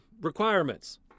requirements